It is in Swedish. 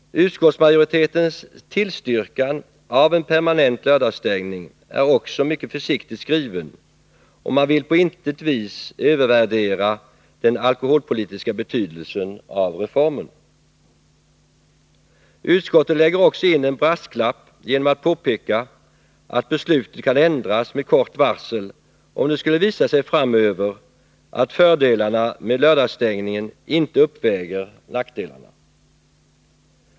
Utskottsmajoritetens tillstyrkan av en permanent lördagsstängning är också mycket försiktigt skriven, och man vill på intet sätt övervärdera den alkoholpolitiska betydelsen av reformen. Utskottet lägger också in en brasklapp genom att påpeka att beslutet kan ändras med kort varsel om det skulle visa sig framöver att fördelarna med lördagsstängning inte uppväger nackdelarna.